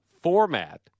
format